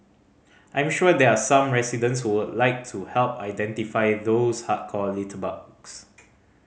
I'm sure there are some residents who would like to help identify those hardcore litterbugs